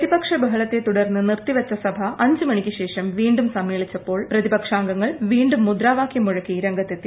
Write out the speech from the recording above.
പ്രതിപക്ഷ ബഹളത്തെ തുടർന്ന് നിർത്തിവച്ച സഭ അഞ്ച് മണിക്കുശേഷം വീണ്ടും സമ്മേളിച്ചപ്പോൾ പ്രതിപക്ഷാംഗങ്ങൾ വീണ്ടും മുദ്രാവാക്യം മുഴക്കി രംഗത്തെത്തി